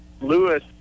Lewis